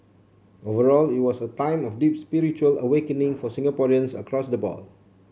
overall it was a time of deep spiritual awakening for Singaporeans across the board